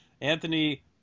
Anthony